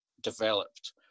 developed